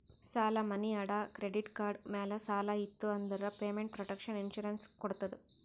ಸಾಲಾ, ಮನಿ ಅಡಾ, ಕ್ರೆಡಿಟ್ ಕಾರ್ಡ್ ಮ್ಯಾಲ ಸಾಲ ಇತ್ತು ಅಂದುರ್ ಪೇಮೆಂಟ್ ಪ್ರೊಟೆಕ್ಷನ್ ಇನ್ಸೂರೆನ್ಸ್ ಎ ಕೊಡ್ತುದ್